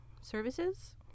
Services